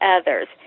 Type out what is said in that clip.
others